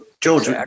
George